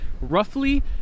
roughly